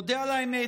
אודה על האמת,